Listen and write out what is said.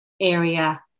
area